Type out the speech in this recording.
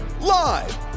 live